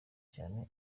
cyane